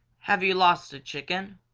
have you lost a chicken?